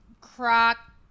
croc